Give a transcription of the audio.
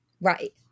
right